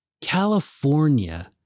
California